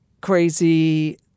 crazy